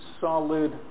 solid